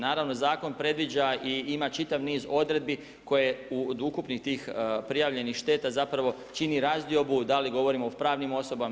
Naravno zakon predviđa i ima čitav niz odredbi koje u ukupnih tih prijavljenih šteta zapravo čini razdiobu, da li govorimo o pravnim osobama.